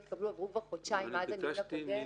עברו כבר חודשיים מאז הדיון הקודם והנתונים עוד לא התקבלו.